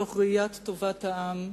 מתוך ראיית טובת העם.